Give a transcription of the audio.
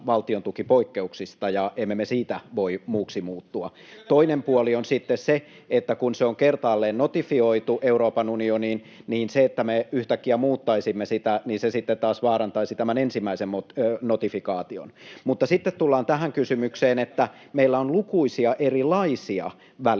valtiontukipoikkeuksista, ja emme me niistä voi muuksi muuttua. Toinen puoli on sitten se, että kun se on kertaalleen notifioitu Euroopan unioniin, niin se, että me yhtäkkiä muuttaisimme sitä, sitten taas vaarantaisi tämän ensimmäisen notifikaation. Mutta sitten tullaan tähän kysymykseen, että meillä on lukuisia erilaisia välineitä,